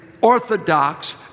orthodox